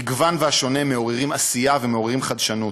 המגוון והשונה מעוררים עשייה ומעוררים חדשנות.